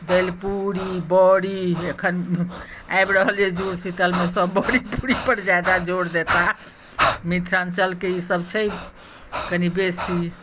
दलिपूड़ी बड़ी एखन आबि रहल अइ जूड़शीतलमे सब बड़ी पूड़ीपर ज्यादा जोर देताह मिथिलाञ्चलके ईसब छै कनी बेसी